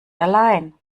allein